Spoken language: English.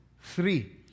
Three